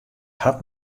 hat